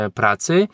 pracy